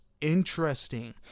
interesting